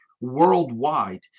worldwide